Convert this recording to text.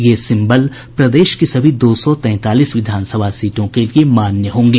ये सिम्बल प्रदेश की सभी दो सौ तैंतालीस विधानसभा सीटों के लिये मान्य होंगे